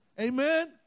Amen